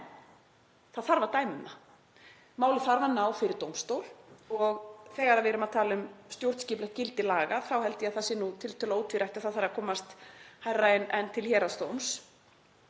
En það þarf að dæma um það. Málið þarf að ná fyrir dómstóla og þegar við erum að tala um stjórnskipulegt gildi laga þá held ég að það sé nú tiltölulega ótvírætt að málið þarf að komast hærra en til héraðsdóms,